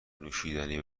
نوشیدنی